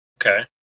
Okay